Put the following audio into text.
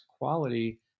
quality